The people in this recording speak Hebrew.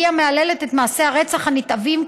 והיא מהללת את מעשי הרצח הנתעבים,